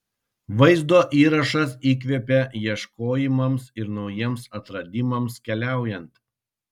vaizdo įrašas įkvepia ieškojimams ir naujiems atradimams keliaujant